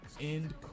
end